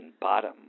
Bottom